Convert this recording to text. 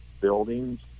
buildings